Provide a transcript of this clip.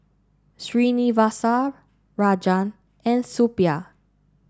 Srinivasa Rajan and Suppiah